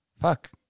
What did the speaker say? fuck